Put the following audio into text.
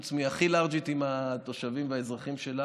היא הכי לארג'ית עם התושבים והאזרחים שלה,